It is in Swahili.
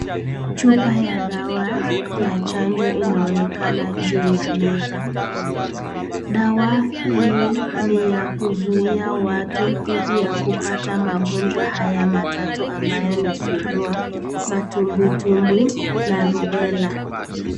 Chupa ya dawa ya chanjo inaonekana juu ya meza, dawa hii ni ya kuzuia watu dhidi ya kupata magonjwa haya matatu ambayo ni surua, matumbwi tumbwi na rubella.